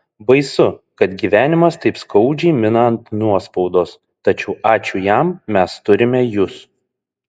baisu kad gyvenimas taip skaudžiai mina ant nuospaudos tačiau ačiū jam mes turime jus